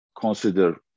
consider